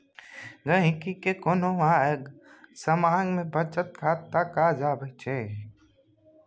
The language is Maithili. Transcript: गांहिकी केँ कोनो आँग समाँग मे बचत खाता काज अबै छै